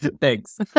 thanks